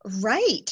Right